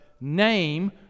name